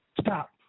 stop